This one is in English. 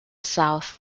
south